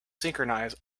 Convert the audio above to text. synchronize